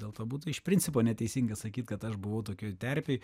dėl to būtų iš principo neteisinga sakyt kad aš buvau tokioj terpėj